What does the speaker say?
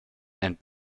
and